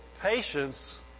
patience